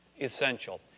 essential